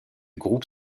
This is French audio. groupe